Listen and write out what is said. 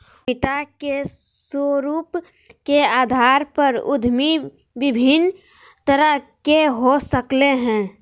उद्यमिता के स्वरूप के अधार पर उद्यमी विभिन्न तरह के हो सकय हइ